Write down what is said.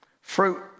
fruit